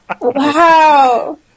Wow